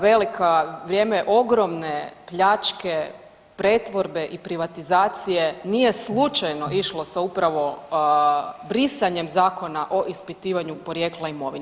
Velika, vrijeme ogromne pljačke, pretvorbe i privatizacije nije slučajno išlo sa upravo brisanjem zakona o ispitivanju porijekla imovine.